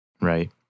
Right